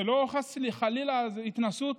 זה לא חלילה התנשאות,